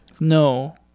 No